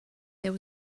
there